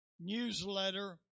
newsletter